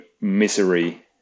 misery